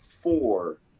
four